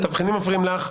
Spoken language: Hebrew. התבחינים מפריעים לך.